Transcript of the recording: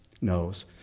knows